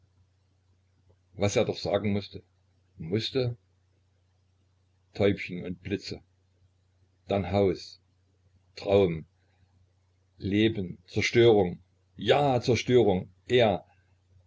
was er doch sagen mußte mußte täubchen und blitze dann haus traum leben zerstörung ja zerstörung er